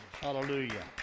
hallelujah